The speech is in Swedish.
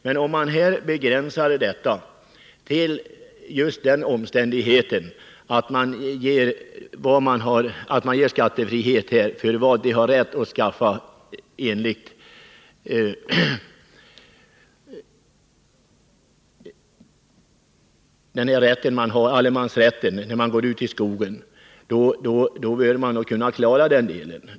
Men om man begränsar skattefriheten till försäljning av produkter som var och en kan komma över enligt allemansrätten, bör man kunna klara denna avgränsning.